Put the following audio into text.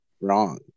wrong